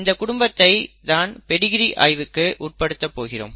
இந்த குடும்பத்தை தான் Pedigree பெடிகிரி ஆய்வுக்கு உட்படுத்தப்போகிறோம்